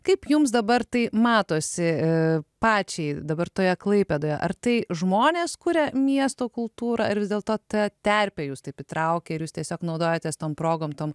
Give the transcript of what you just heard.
kaip jums dabar tai matosi pačiai dabar toje klaipėdoje ar tai žmonės kuria miesto kultūrą ar vis dėlto ta terpė jus taip įtraukė ir jūs tiesiog naudojatės tom progom tom